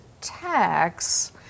tax